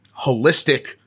holistic